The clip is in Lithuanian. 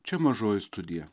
čia mažoji studija